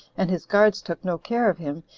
and his guards took no care of him,